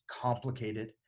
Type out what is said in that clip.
complicated